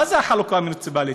מה זה החלוקה המוניציפלית?